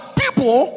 people